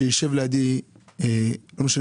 שישב לידי עוד מישהו משירות בתי הסוהר וזה לא משנה